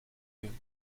you